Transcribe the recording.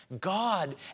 God